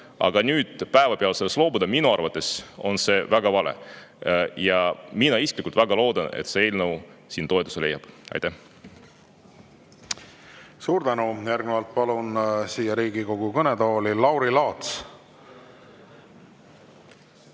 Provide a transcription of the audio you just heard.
Aga nüüd päeva pealt sellest loobuda on minu arvates väga vale. Mina isiklikult väga loodan, et see eelnõu siin toetust leiab. Aitäh! Suur tänu! Järgnevalt palun siia Riigikogu kõnetooli Lauri Laatsi.